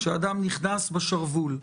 כשאדם נכנס בשרוול,